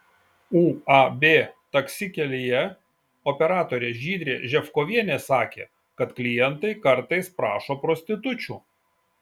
uab taksi kelyje operatorė žydrė ževkovienė sakė kad klientai kartais prašo prostitučių